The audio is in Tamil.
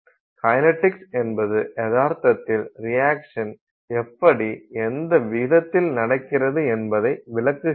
கைனடிக்ஸ் என்பது யதார்த்தத்தில் ரியாக்சன் எப்படி எந்த விகிதத்தில் நடக்கிறது என்பதை விளக்குகிறது